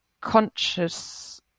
conscious